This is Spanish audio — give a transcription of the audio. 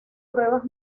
pruebas